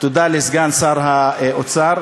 תודה לסגן שר האוצר,